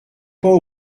pas